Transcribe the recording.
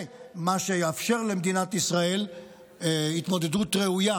זה מה שיאפשר למדינת ישראל התמודדות ראויה